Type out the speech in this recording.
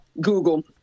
Google